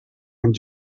und